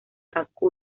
casco